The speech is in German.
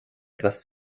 etwas